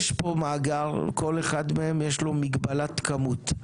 יש פה מאגר, כל אחד מהם, יש לו מגבלת כמות.